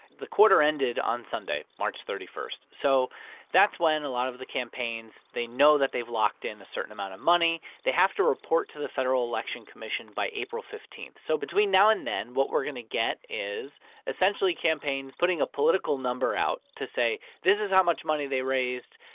the quarter ended on sunday, march thirty one. so that's when a lot of the campaigns, they know that they've locked in a certain amount of money. they have to report to the federal election commission by april fifteen. so between now and then, what we're going to get is essentially campaigns putting a political number out to say this is how much money they raised.